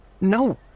No